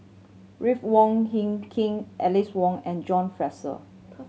Ruth Wong Hie King Alice Ong and John Fraser